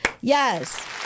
yes